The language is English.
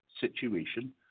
situation